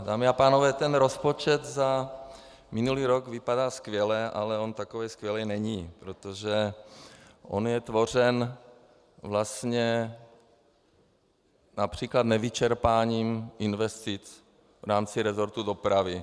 Dámy a pánové, rozpočet za minulý rok vypadá skvěle, ale on tak skvělý není, protože je tvořen vlastně například nevyčerpáním investic v rámci resortu dopravy.